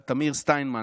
של תמיר סטיינמן,